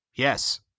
yes